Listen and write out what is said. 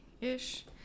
ish